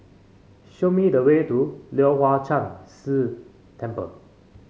show me the way to Leong Hwa Chan Si Temple